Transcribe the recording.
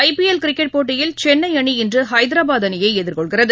ஐ PL cricket போட்டியில் சென்னைஅணி இன்றுஹைதராபாத் அணியைஎதிர்கொள்கிறது